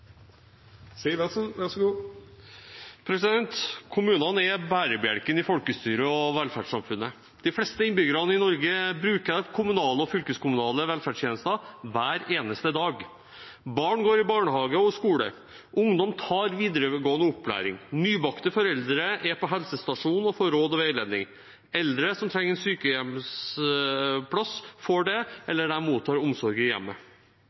bærebjelken i folkestyret og velferdssamfunnet. De fleste innbyggerne i Norge bruker kommunale og fylkeskommunale velferdstjenester hver eneste dag. Barn går i barnehage og skole, ungdom tar videregående opplæring, nybakte foreldre er på helsestasjonen og får råd og veiledning, eldre som trenger en sykehjemsplass, får det, eller de mottar omsorg i hjemmet.